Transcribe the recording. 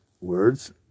Words